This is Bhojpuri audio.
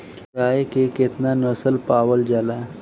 गाय के केतना नस्ल पावल जाला?